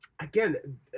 again